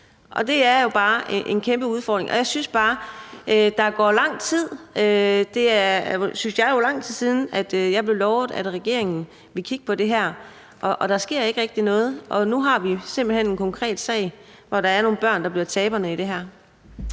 og det er jo bare en kæmpe udfordring, og jeg synes bare, der går lang tid. Det er jo lang tid siden, at jeg blev lovet, at regeringen ville kigge på det her, og der sker ikke rigtig noget. Og nu har vi jo simpelt hen en konkret sag, hvor der er nogle børn, der bliver taberne. Kl.